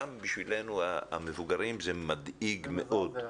גם בשבילנו המבוגרים זה מדאיג מאוד.